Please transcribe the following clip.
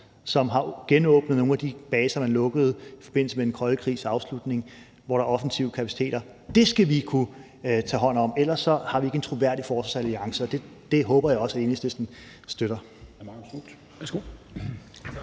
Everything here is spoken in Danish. som har genåbnet nogle af de baser, man lukkede i forbindelse med den kolde krigs afslutning, hvor der er offensive kapaciteter, og det skal vi kunne tage hånd om. For ellers har vi ikke en troværdig forsvarsalliance, og det håber jeg også Enhedslisten støtter.